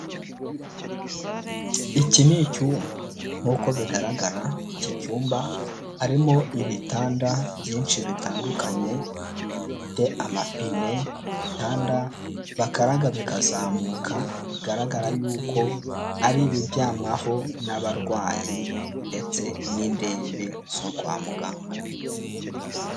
Iki ni icyumba. Nk'uko bigaragara iki cyumba harimo ibitanda byinshi bitandukanye, bifite amapine, ibitanda bakaraga bikazamuka, bigaragara yuko ari ibiryamwaho n'abarwayi, ndetse n'indembe, zo kwa muganga.